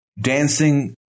dancing